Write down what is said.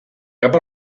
cap